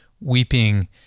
weeping